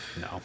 no